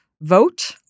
vote